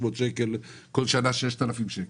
כל שנה 6,000 שקל.